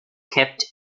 kept